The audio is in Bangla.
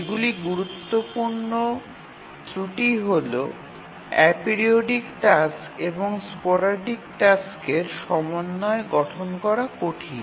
এগুলির গুরুত্বপূর্ণ ত্রুটি হল এপিরিওডিক টাস্ক এবং স্পোরাডিক টাস্কের সমন্বয় গঠন করা কঠিন